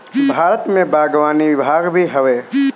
भारत में बागवानी विभाग भी हवे